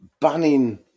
banning